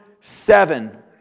seven